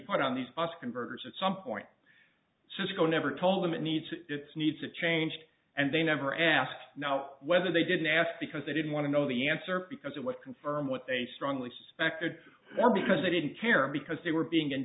put on these us converters at some point cisco never told them it needs it's need to changed and they never asked now whether they didn't ask because they didn't want to know the answer because it would confirm what they strongly suspected or because they didn't care because they were being